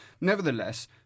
Nevertheless